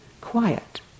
quiet